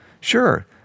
Sure